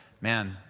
man